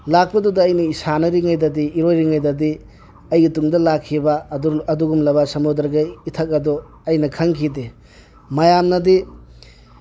ꯂꯥꯛꯄꯗꯨꯗ ꯑꯩꯅ ꯁꯥꯟꯅꯔꯤꯉꯩꯗꯗꯤ ꯏꯔꯣꯏꯔꯤꯉꯩꯗꯗꯤ ꯑꯩꯒꯤ ꯇꯨꯡꯗ ꯂꯥꯛꯈꯤꯕ ꯑꯗꯨꯒꯨꯝꯂꯕ ꯁꯃꯨꯗ꯭ꯔꯒꯤ ꯏꯊꯛ ꯑꯗꯨ ꯑꯩꯅ ꯈꯪꯈꯤꯗꯦ ꯃꯌꯥꯝꯅꯗꯤ